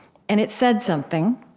and it said something.